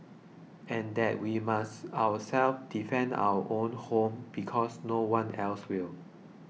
and that we must ourselves defend our own home because no one else will